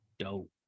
dope